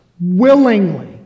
willingly